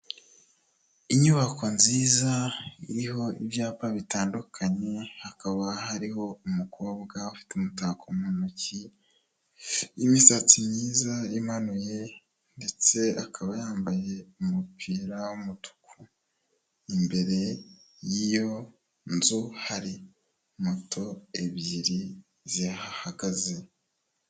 Inyubako nziza iriho ibyapa bitandukanye, hakaba hariho umukobwa ufite umutako mu ntoki, imisatsi myiza imanuye ndetse akaba yambaye umupira w'umutuku, imbere y'iyo nzu hari moto ebyiri zihahagaze.